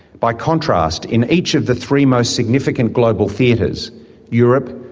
by contrast, in each of the three most significant global theatres europe,